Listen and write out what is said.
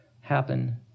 happen